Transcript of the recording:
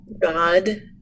God